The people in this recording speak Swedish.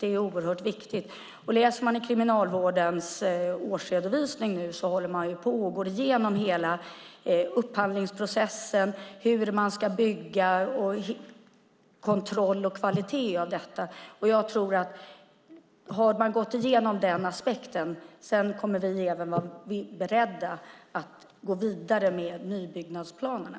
Det är oerhört viktigt. Läser man i Kriminalvårdens årsredovisning ser man att de håller på att gå igenom hela upphandlingsprocessen, hur de ska bygga och hur kontroll och kvalitet ska se ut. Jag tror att om de går igenom den aspekten kommer vi att vara beredda och gå vidare med nybyggnadsplanerna.